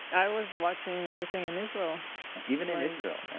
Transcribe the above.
i was watching everything in israel even in israel.